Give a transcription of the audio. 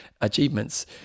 achievements